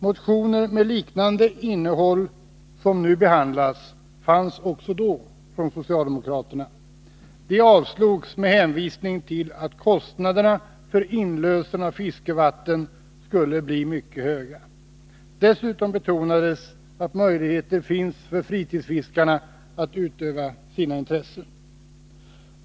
Motioner med liknande innehåll som nu behandlas fanns också då från socialdemokraterna. De avslogs med hänvisning till att kostnaderna för inlösen av fiskevatten skulle bli mycket höga. Dessutom betonades att möjligheter finns för fritidsfiskarna att utöva sina intressen.